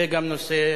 זה גם נושא,